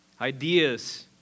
Ideas